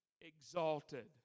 exalted